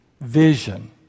vision